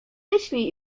myśli